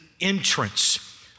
entrance